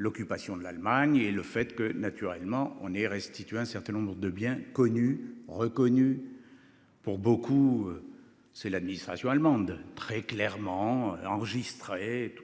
L'occupation de l'Allemagne et le fait que naturellement on est restitué un certains nombres de bien connu, reconnu. Pour beaucoup. C'est l'administration allemande très clairement enregistré